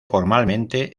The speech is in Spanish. formalmente